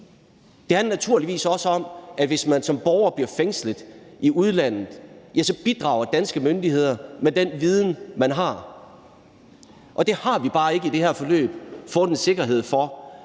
Det handler naturligvis også om, at hvis man som borger bliver fængslet i udlandet, bidrager danske myndigheder med den viden, de har, og det har vi bare ikke i det her forløb fået en sikkerhed for